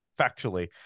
factually